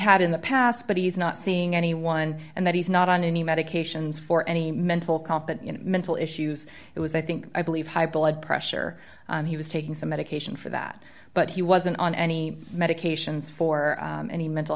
had in the past but he's not seeing anyone and that he's not on any medications for any mental competent mental issues it was i think i believe high blood pressure and he was taking some medication for that but he wasn't on any medications for any mental